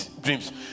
dreams